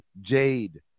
jade